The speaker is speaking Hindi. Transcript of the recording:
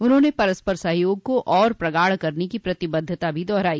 उन्होंने परस्पर सहयोग को और प्रगाढ़ करने की प्रतिबद्धता भी दोहराई